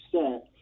set